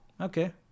Okay